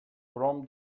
from